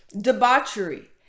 debauchery